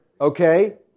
Okay